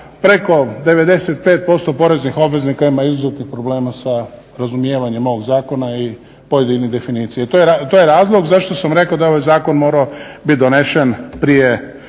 preko 95% poreznih obveznika ima izuzetnih problema sa razumijevanjem ovoga zakona i pojedinih definicija. To je razlog zašto sam rekao da je ovaj zakon morao biti donesen prije